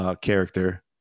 character